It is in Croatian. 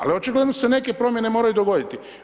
Ali očigledno se neke promjene moraju dogoditi.